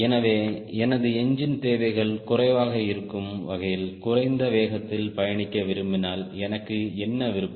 எனவே எனது என்ஜின் தேவைகள் குறைவாக இருக்கும் வகையில் குறைந்த வேகத்தில் பயணிக்க விரும்பினால் எனக்கு என்ன விருப்பம்